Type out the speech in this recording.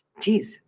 Jeez